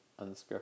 unscripted